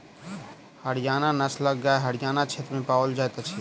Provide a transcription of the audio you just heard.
हरयाणा नस्लक गाय हरयाण क्षेत्र में पाओल जाइत अछि